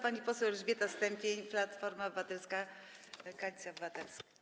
Pan poseł Elżbieta Stępień, Platforma Obywatelska - Koalicja Obywatelska.